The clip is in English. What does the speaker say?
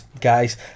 guys